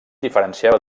diferenciava